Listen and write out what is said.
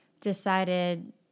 decided